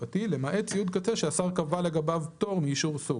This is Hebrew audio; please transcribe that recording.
למעט ציוד קצה שהשר קבע לגביו פטור מאישור סוג."."